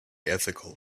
ethical